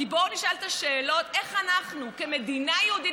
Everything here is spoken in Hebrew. בואו נשאל את השאלות איך אנחנו כמדינה יהודית